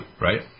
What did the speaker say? Right